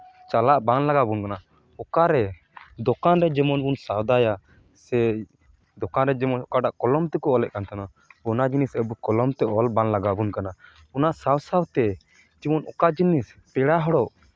ᱪᱟᱞᱟᱜ ᱵᱟᱝ ᱞᱟᱜᱟᱣ ᱵᱚᱱ ᱠᱟᱱᱟ ᱚᱠᱟᱨᱮ ᱫᱚᱠᱟᱱ ᱨᱮ ᱡᱮᱢᱚᱱ ᱵᱚᱱ ᱥᱚᱣᱫᱟᱭᱟ ᱥᱮ ᱫᱚᱠᱟᱱ ᱨᱮ ᱡᱮᱢᱚᱱ ᱚᱠᱟᱴᱟᱜ ᱠᱚᱞᱚᱢ ᱛᱮᱠᱚ ᱚᱞᱮᱫ ᱠᱟᱱ ᱛᱟᱦᱮᱱᱟ ᱚᱱᱟ ᱡᱤᱱᱤᱥ ᱟᱵᱚ ᱠᱚᱞᱚᱢ ᱛᱮ ᱚᱞ ᱵᱟᱝ ᱞᱟᱜᱟᱣ ᱵᱚᱱ ᱠᱟᱱᱟ ᱚᱱᱟ ᱥᱟᱶ ᱥᱟᱶᱛᱮ ᱡᱮᱢᱚᱱ ᱚᱠᱟ ᱡᱤᱱᱤᱥ ᱯᱮᱲᱟ ᱦᱚᱲᱚᱜ